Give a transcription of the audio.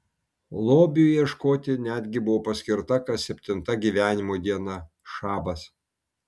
lobiui ieškoti netgi buvo paskirta kas septinta gyvenimo diena šabas